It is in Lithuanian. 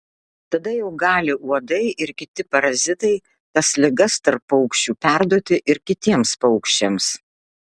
tada jau gali uodai ir kiti parazitai tas ligas tarp paukščių perduoti ir kitiems paukščiams